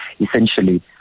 essentially